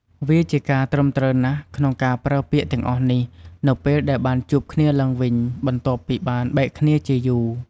វាជាការត្រឹមត្រូវណាស់ ក្នុងការប្រើពាក្យទាំងអស់នេះ នៅពេលដែលបានជួបគ្នាឡើងវិញ បន្ទាប់ពីបានបែកគ្នាជាយូរ។